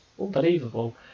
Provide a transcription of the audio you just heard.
unbelievable